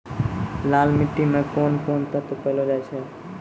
लाल मिट्टी मे कोंन कोंन तत्व पैलो जाय छै?